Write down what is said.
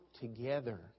together